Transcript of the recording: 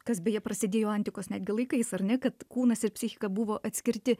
kas beje prasidėjo antikos netgi laikais ar ne kad kūnas ir psichika buvo atskirti